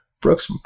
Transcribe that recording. Brooks